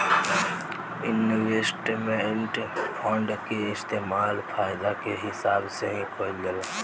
investment fund के इस्तेमाल फायदा के हिसाब से ही कईल जाला